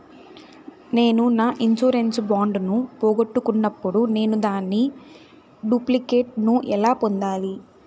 నేను నా insurance bond ను పోగొట్టుకున్నప్పుడు నేను దాని డూప్లికేట్ ను ఎలా పొందాలి?